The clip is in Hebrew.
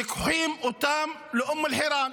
לוקחים אותם לאום אל חיראן,